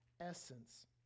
essence